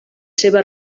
seves